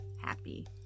happy